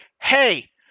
hey